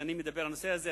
כשאני מדבר על הנושא הזה.